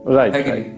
Right